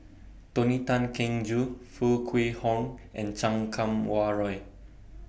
Tony Tan Keng Joo Foo Kwee Horng and Chan Kum Wah Roy